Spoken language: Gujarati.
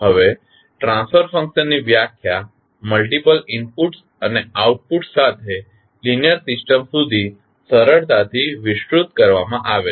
હવે ટ્રાન્સફર ફંક્શનની વ્યાખ્યા મલ્ટિપલ ઇનપુટ્સ અને આઉટપુટ્સ સાથે લીનીઅર સિસ્ટમ સુધી સરળતાથી વિસ્તૃત કરવામાં આવે છે